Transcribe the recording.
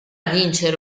vincere